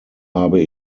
habe